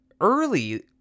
early